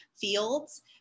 fields